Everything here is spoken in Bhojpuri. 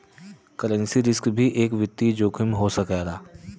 करेंसी रिस्क भी एक वित्तीय जोखिम हो सकला